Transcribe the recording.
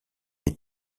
est